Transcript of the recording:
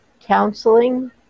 counseling